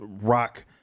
rock